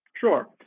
Sure